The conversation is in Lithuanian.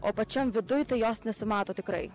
o pačiam viduj tai jos nesimato tikrai